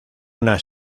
una